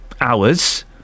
hours